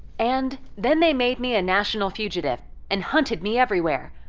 and then they made me a national fugitive and hunted me everywhere.